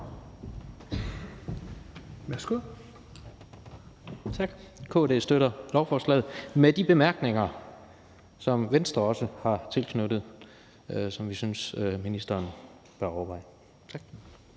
Rohde (KD): Tak. KD støtter lovforslaget med de bemærkninger, som Venstre også har tilknyttet, og som vi synes ministeren bør overveje. Kl.